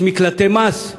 יש מקלטי מס,